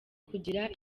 kugira